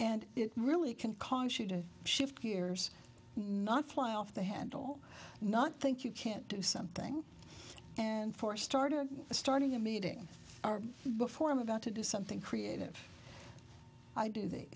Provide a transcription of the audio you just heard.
and it really can cause you to shift gears not fly off the handle not think you can't do something and for a start of starting a meeting are before i'm about to do something creative i do th